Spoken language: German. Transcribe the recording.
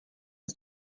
ist